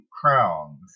crowns